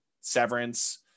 Severance